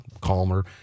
calmer